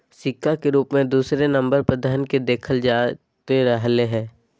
सिक्का के रूप मे दूसरे नम्बर पर धन के देखल जाते रहलय हें